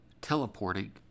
teleporting